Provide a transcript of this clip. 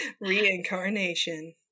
Reincarnation